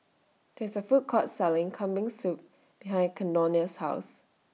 There IS A Food Court Selling Kambing Soup behind Caldonia's House